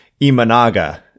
Imanaga